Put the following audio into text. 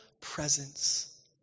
presence